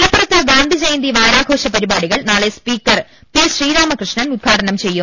മലപ്പുറത്ത് ഗാന്ധിജയന്തി വാരാഘോഷ പരിപാടികൾ നാളെ സ്പീക്കർ പി ശ്രീരാമകൃഷ്ണൻ ഉദ്ഘാടനം ചെയ്യും